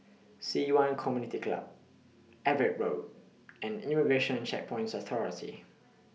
Ci Yuan Community Club Everitt Road and Immigration Checkpoints Authority